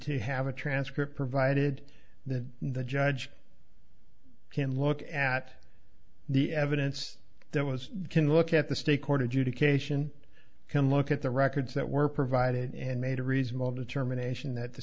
to have a transcript provided that the judge can look at the evidence that was can look at the stake ordered you to cation can look at the records that were provided and made a reasonable determination that the